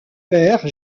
père